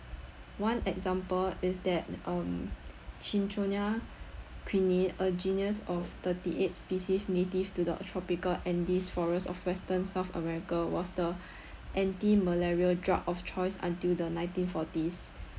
one example is that um Cinchona Quinine a genius of thirty-eight species native to the tropical and this forest of western south america was the anti-malarial drug of choice until the nineteen forties